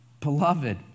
Beloved